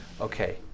okay